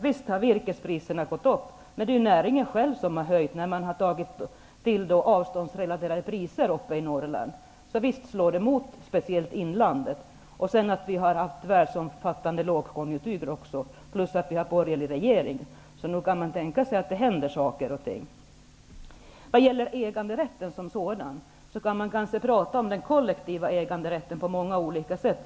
Visst har virkespriserna gått upp, men det är ju näringen själv som har höjt priserna genom att införa avståndsrelaterade priser i Norrland. Visst slår det mot inlandet. Vi har ju dessutom en världsomfattande lågkonjunktur och en borgerlig regering. Nog kan man tänka sig att det händer saker och ting. Vad gäller äganderätten som sådan, kan man prata om den kollektiva äganderätten på olika sätt.